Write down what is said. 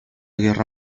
guerra